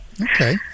okay